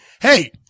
hey